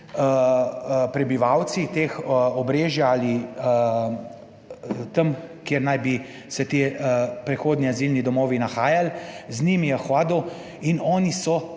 prebivalci teh obrežij ali tam, kjer naj bi se ti prehodni azilni domovi nahajali, z njimi je hodil in oni so